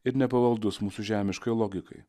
ir nepavaldus mūsų žemiškojo logikai